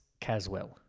Caswell